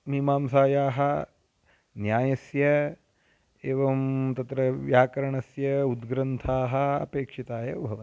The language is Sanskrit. मीमांसायाः न्यायस्य एवं तत्र व्याकरणस्य उद्ग्रन्थाः अपेक्षिता एव भवन्ति